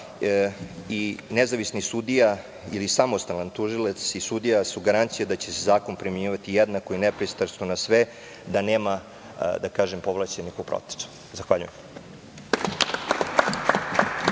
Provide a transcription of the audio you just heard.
i nezavisnih sudija, ili samostalan tužilac i sudija su garancija da će se zakon primenjivati jednako i nepristrasno na sve, da nema, da kažem, povlašćenih. Zahvaljujem.